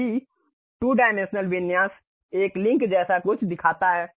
वही 2 डायमेंशनल विन्यास एक लिंक जैसा कुछ दिखाता है